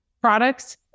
products